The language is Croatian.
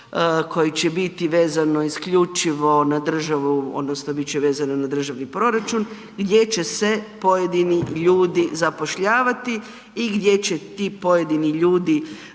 koje će biti vezano isključivo na državu odnosno bit će vezano na državni proračun gdje će se pojedini ljudi zapošljavati i gdje će ti pojedini ljudi